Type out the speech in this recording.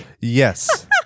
Yes